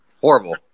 horrible